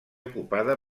ocupada